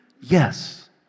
Yes